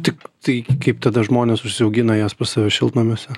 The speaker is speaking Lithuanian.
tik tai kaip tada žmonės užsiaugina jas pas save šiltnamiuose